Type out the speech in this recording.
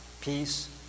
peace